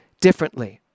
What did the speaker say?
differently